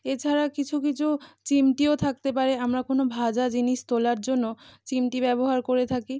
এছাড়া কিছু কিছু চিমটেও থাকতে পারে আমরা কোনো ভাজা জিনিস তোলার জন্য চিমটে ব্যবহার করে থাকি